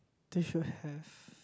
they should have